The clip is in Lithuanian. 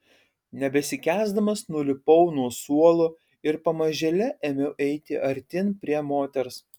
nebesikęsdamas nulipau nuo suolo ir pamažėle ėmiau eiti artyn prie moters